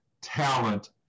talent